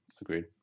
agreed